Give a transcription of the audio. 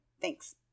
Thanks